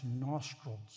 nostrils